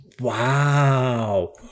Wow